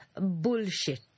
bullshit